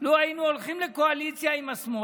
שלו היינו הולכים לקואליציה עם השמאל